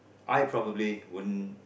I probably won't